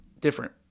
different